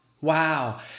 Wow